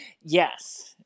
Yes